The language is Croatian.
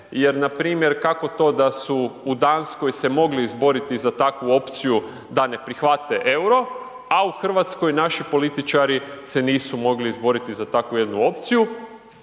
jer npr. to kako to da su u Danskoj se mogli izboriti za takvu opciju da ne prihvate euro a u Hrvatskoj naši političari se nisu mogli izboriti za takvu jednu opciju